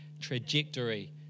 trajectory